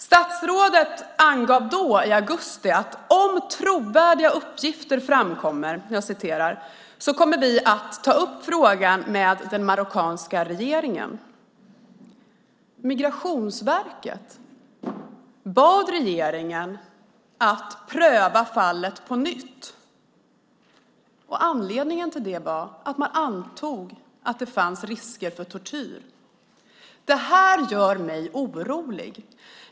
Statsrådet angav i augusti: Om trovärdiga uppgifter framkommer kommer vi att ta upp frågan med den marockanska regeringen. Migrationsverket bad regeringen att på nytt pröva fallet. Anledningen till det var att man antog att det fanns risk för tortyr. Det här gör mig orolig.